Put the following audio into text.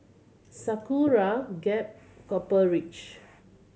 Sakura Gap Copper Ridge